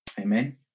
Amen